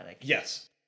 Yes